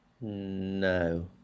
No